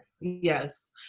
Yes